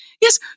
yes